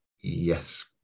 yes